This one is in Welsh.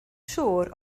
siŵr